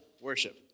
worship